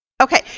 Okay